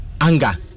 anger